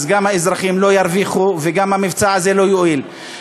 גם האזרחים לא ירוויחו וגם המבצע הזה לא יועיל.